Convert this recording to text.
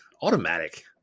automatic